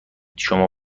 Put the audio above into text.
شما